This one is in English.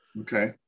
Okay